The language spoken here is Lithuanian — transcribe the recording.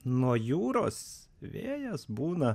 nuo jūros vėjas būna